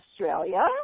Australia